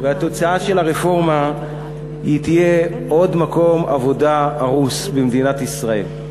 התוצאה של הרפורמה תהיה עוד מקום עבודה הרוס במדינת ישראל.